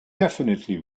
definitely